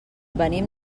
venim